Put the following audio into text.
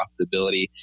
profitability